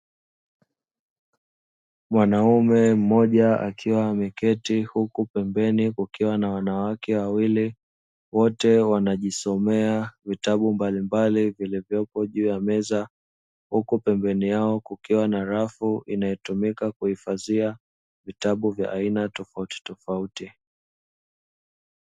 Mwanaume mmoja akiwa ameketi huku pembeni kukiwa na wanawake wawili wote wanajisomea vitabu mbalimbali, vilivyopo juu ya meza huko pembeni yao kukiwa na rafu inayotumika kuhifadhia vitabu vya aina tofautitofauti.